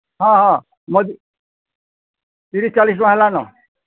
ହଁ ହଁ ତିରିଶ୍ ଚାଲିଶ୍ ଟଙ୍କା ହେଲାନ